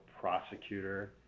prosecutor